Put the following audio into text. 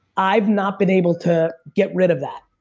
i've not been able to get rid of that.